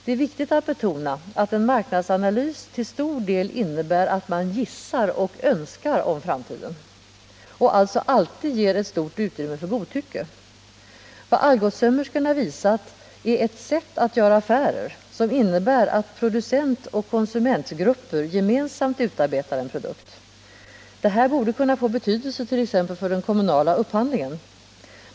Det är viktigt att betona att en marknadsanalys till stor del innebär att man gissar och önskar om framtiden, och att den alltså alltid ger ett stort utrymme för godtycke. Vad Algotssömmerskorna visat är ett sätt att göra affärer, som innebär att producentoch konsumentgrupper gemensamt utarbetar en produkt. Det här borde kunna få betydelse t.ex. för den kommunala upphandlingen.